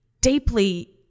deeply